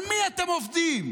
על מי אתם עובדים?